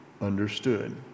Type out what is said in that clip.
understood